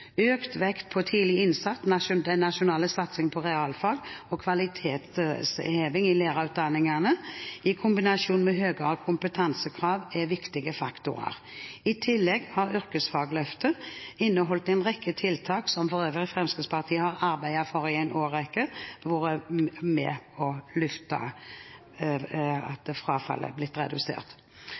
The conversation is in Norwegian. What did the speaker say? Økt vekt på tidlig innsats, den nasjonale satsingen på realfag og kvalitetsheving i lærerutdanningene – i kombinasjon med høyere kompetansekrav – er viktige faktorer. I tillegg har Yrkesfagløftet inneholdt en rekke tiltak – som for øvrig Fremskrittspartiet har arbeidet for i en årrekke – slik at frafallet er blitt redusert.